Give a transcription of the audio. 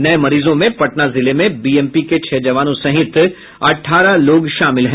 नये मरीजों में पटना जिले में बीएमपी के छह जवानों सहित अठारह लोग शामिल हैं